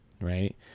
right